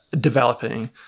developing